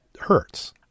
hurts